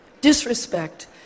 Disrespect